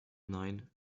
nein